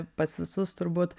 pas visus turbūt